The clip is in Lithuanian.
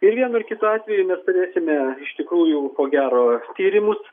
ir vienu ir kitu atveju mes turėsime iš tikrųjų ko gero tyrimus